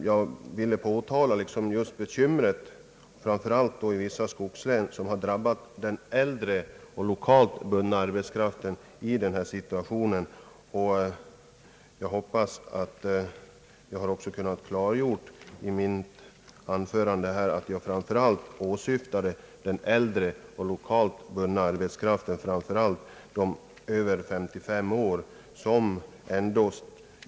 Jag ville emellertid påtala just de svårigheter som den äldre och lokalt bundna arbetskraften haft framför allt i vissa skogslän, och jag hoppas att jag också kunnat klargöra i mitt anförande att jag framför allt åsyftade den äldre och lokalt bundna arbetskraften, särskilt personer över 55 år.